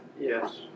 Yes